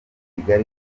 kigali